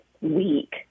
week